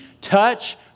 touch